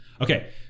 Okay